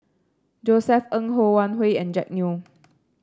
Josef Ng Ho Wan Hui and Jack Neo